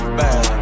bad